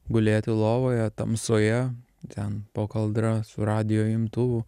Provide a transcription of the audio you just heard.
gulėti lovoje tamsoje ten po kaldra su radijo imtuvu